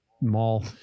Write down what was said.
mall